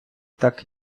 так